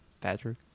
Patrick